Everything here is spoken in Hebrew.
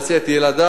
להסיע את ילדיו,